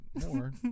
more